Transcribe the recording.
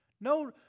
No